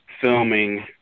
filming